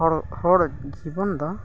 ᱦᱚᱲ ᱦᱚᱲ ᱡᱤᱵᱚᱱ ᱫᱚ